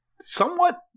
somewhat